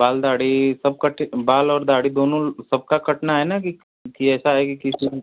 बाल दाढ़ी सब कटे बाल और दाढ़ी दोनों सबका कटना है ना कि कि ऐसा है कि किसी